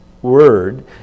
Word